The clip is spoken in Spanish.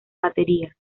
batería